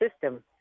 system